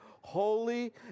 holy